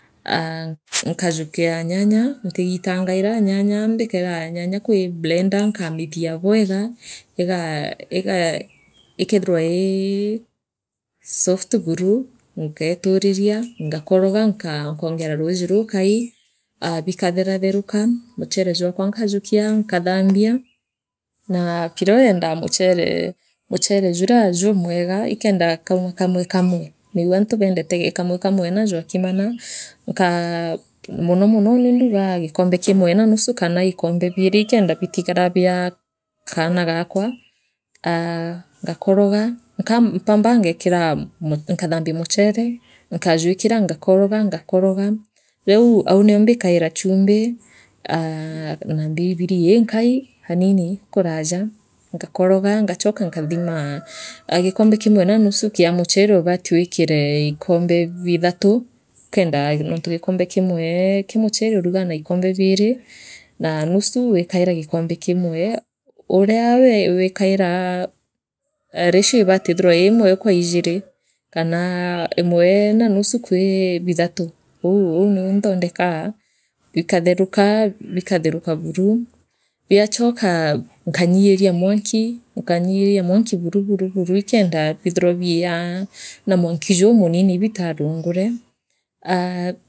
Aa nkajukia nyanya ntigitangaira nyanya mbikaira nyanya kwi blender nkamithia bwega igaa igaa ikeethirwa iii buru ngeeturiria ngakoroga nga nkoongera ruuji rukai aa bikatheratheruka muchere jwakwa nkajukia nkathambia naa pilau yendaa muchere muchere juria jumwega ikenda juuma kamwe kamwe niu antu beendeta gii kamwe kamwe na jwaakimana nkaa muno uuni ndugaa gikombe kimwe na nusu kana ikombe biiri kenda bitigara bia kaana gakwa aa ngakoroga kaa mpambaa ngekira nkathambia muchere nkajwikira ngakoroga ngakoroga riu au nio mbikaira chumbi aa na mbiribili inkai kaanini kuuraja ngakoroga ngachooka nkathima aa gikombe kimwe na nusu kia muchere ubati wikire ikombe biithatu ikendaa nontu gikombe kimwe kia muchere urugaa naikombe biiri naa nusu wikaira gikombe kimwe u uria we wikaira ee ratio iibati ithirwe ii imwe kwa ijiri kana imwe na nusu kwi bithatu uu niu nthondekaa bikatheruka bikatherukaa buru biachoka nkanyiiria mwanki nkanyiiria mwanki buru buru ikenda biithirwa biia na mwanki jumunini bitarungure aa.